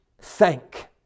Thank